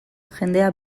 jendea